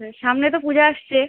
হুম সামনে তো পূজা আসছে